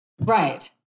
Right